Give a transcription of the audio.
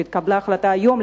שהתקבלה החלטה היום,